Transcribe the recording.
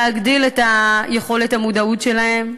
להגדיל את יכולת המודעות שלהם,